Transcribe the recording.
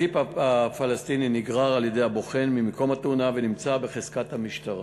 הג'יפ הפלסטיני נגרר על-ידי הבוחן ממקום התאונה ונמצא בחזקת המשטרה.